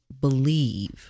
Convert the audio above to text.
believe